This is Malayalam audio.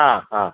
ആ ആ